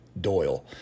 Doyle